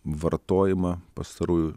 vartojimą pastarųjų